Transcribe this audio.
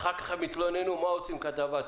ועכשיו שלושה שנוספו בתיקון הזה.